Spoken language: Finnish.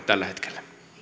tällä hetkellä